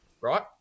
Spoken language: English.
right